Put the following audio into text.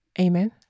Amen